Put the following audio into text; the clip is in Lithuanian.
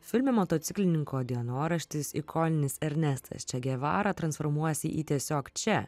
filme motociklininko dienoraštis ikoninis ernestas če gevara transformuojasi į tiesiog čia